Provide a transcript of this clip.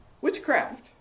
Witchcraft